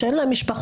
שאין להם משפחות?